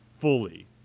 fully